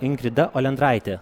ingrida olendraitė